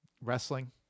wrestling